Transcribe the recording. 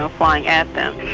ah flying at them.